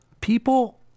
People